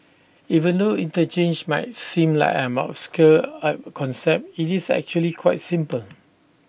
even though interchange might seem like an obscure concept IT is actually quite simple